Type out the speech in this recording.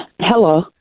Hello